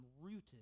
rooted